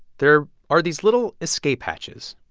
there are these little escape hatches.